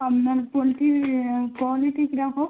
আপনার পোলট্রির কোয়ালিটি কীরকম